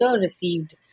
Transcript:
received